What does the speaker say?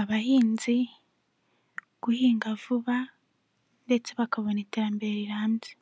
abahinzi guhinga vuba ndetse bakabona iterambere rirambye.